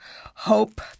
Hope